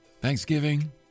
Thanksgiving